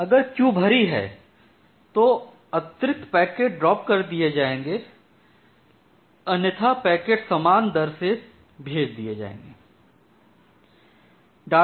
अगर क्यू भरी है तो अतिरिक्त पैकेट ड्राप कर दिए जायेंगे अन्यथा पैकेट सामान दर से भेज दिए जायेंगे